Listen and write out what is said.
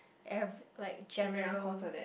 ev~ like general